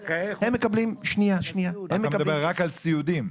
אתה מדבר רק על הסיעודיים?